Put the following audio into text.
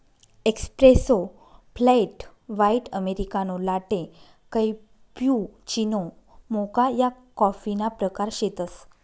espresso, flat white, americano, latte, cappuccino, mocha या कॉफीना प्रकार शेतसं